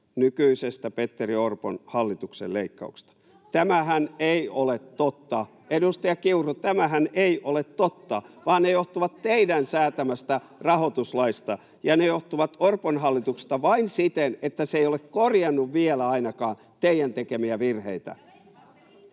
ne johtuvat! — Aino-Kaisa Pekonen: Kyllä!] Tämähän ei ole totta. — Edustaja Kiuru, tämähän ei ole totta, vaan ne johtuvat teidän säätämästä rahoituslaista, ja ne johtuvat Orpon hallituksesta vain siten, että se ei ole korjannut, vielä ainakaan, teidän tekemiä virheitä.